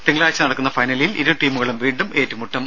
തിങ്കളാഴ്ച നടക്കുന്ന ഫൈനലിൽ ഇരുടീമുകളും വീണ്ടും ഏറ്റുമുട്ടും